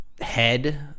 head